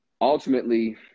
ultimately